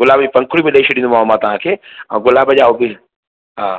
गुलाब जी पंखुड़ी वंखुड़ी ॾेई छॾींदमि मां तव्हांखे ऐं गुलाब जा गुल हा